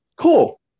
Cool